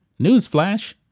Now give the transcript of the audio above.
newsflash